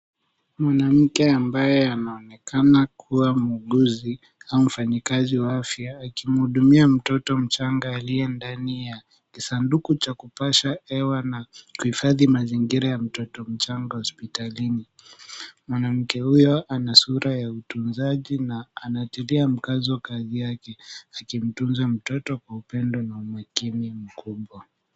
Mwanamke ambaye anaonekana kuwa mguuzi au mfanyakazi wa afya akimhudumia mtoto mchanga aliye ndani ya kisanduku cha kupasha hewa na kuhifadhi mazingira ya mtoto mchanga hospitalini. Mwanamke huyo ana sura ya utunzaji na anatilia mkazo kazi yake akimtunza mtoto kwa upendo na umakini mkubwa.